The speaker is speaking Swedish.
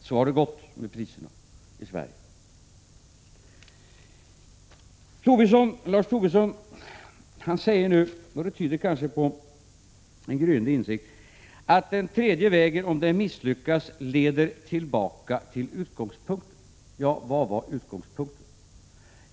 Så har det gått med priserna i Sverige. Lars Tobisson säger nu — och det tyder kanske på en gryende insikt — att den tredje vägen om den misslyckas leder tillbaka till utgångspunkten. Vad var utgångspunkten?